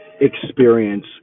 experience